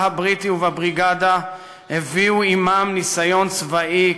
הבריטי ובבריגדה הביאו עמם ניסיון צבאי,